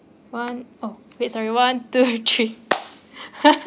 one oh wait sorry one two three